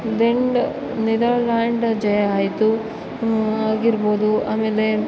ದೆಂಡ್ Netherland ಜಯ ಆಯಿತು ಆಗಿರ್ಬೌದು ಆಮೇಲೆ